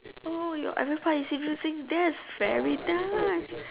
oh your that's very nice